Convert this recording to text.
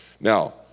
Now